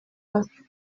arthur